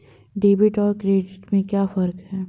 Debit और credit में क्या फर्क है?